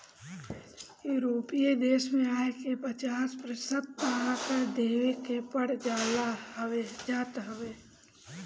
यूरोपीय देस में आय के पचास प्रतिशत तअ कर देवे के पड़ जात हवे